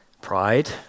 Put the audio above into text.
pride